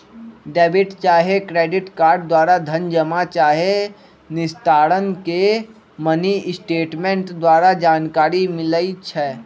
debit चाहे credit card द्वारा धन जमा चाहे निस्तारण के मिनीस्टेटमेंट द्वारा जानकारी मिलइ छै